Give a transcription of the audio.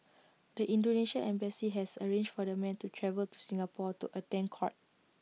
the Indonesian embassy has arranged for the men to travel to Singapore to attend court